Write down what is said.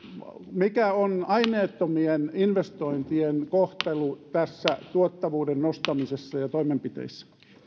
mikä on aineettomien investointien kohtelu tässä tuottavuuden nostamisessa ja toimenpiteissä